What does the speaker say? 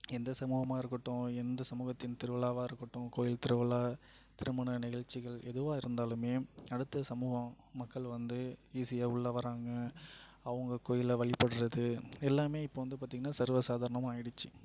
எந்த சமூகமாக இருக்கட்டும் எந்த சமூகத்தின் திருவிழாவாக இருக்கட்டும் கோயில் திருவிழா திருமண நிகழ்ச்சிகள் எதுவாக இருந்தாலுமே அடுத்த சமூகம் மக்கள் வந்து ஈஸியாக உள்ளே வராங்க அவங்க கோயிலை வழிபடறது எல்லாமே இப்போது வந்து பார்த்தீங்கன்னா சர்வ சாதாரணமாக ஆயிடுச்சு